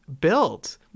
built